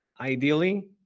ideally